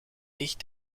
dicht